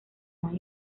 más